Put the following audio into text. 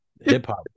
Hip-hop